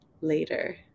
later